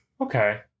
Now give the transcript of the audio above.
okay